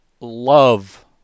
love